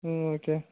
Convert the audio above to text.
okay